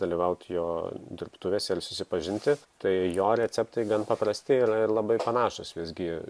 dalyvaut jo dirbtuvėse ir susipažinti tai jo receptai gan paprasti ir ir labai panašūs visgi